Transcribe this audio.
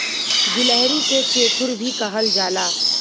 गिलहरी के चेखुर भी कहल जाला